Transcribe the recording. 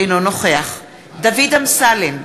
אינו נוכח דוד אמסלם,